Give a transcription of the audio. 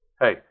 Hey